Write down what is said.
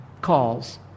Calls